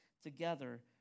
together